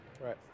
Right